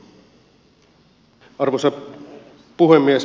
arvoisa puhemies